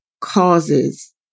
causes